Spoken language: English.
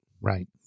right